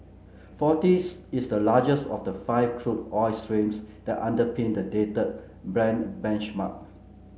forties is the largest of the five crude oil streams that underpin the dated Brent benchmark